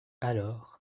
alors